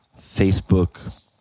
Facebook